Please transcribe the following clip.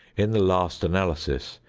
in the last analysis,